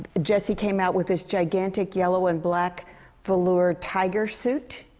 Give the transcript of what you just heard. jessie came out with this gigantic yellow and black velour tiger suit.